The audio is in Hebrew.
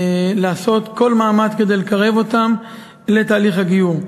לעשות כל מאמץ כדי לקרב אותם לתהליך הגיור.